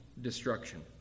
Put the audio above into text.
destruction